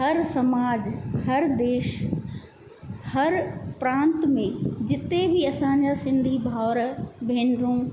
हर समाज हर देश हर प्रांत में जिते बि असांजा सिंधी भाउर भेनरू